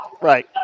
Right